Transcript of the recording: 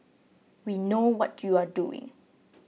we know what you are doing